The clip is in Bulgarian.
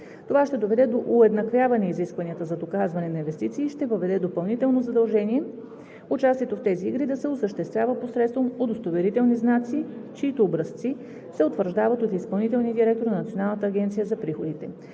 Това ще доведе до уеднаквяване изискванията за доказване на инвестиции и ще въведе допълнително задължение участието в тези игри да се осъществява посредством удостоверителни знаци, чиито образци се утвърждават от изпълнителния директор на Националната агенция за приходите.